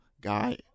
guy